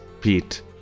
Pete